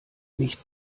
nicht